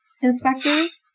inspectors